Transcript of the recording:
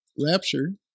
raptured